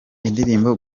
indirimbo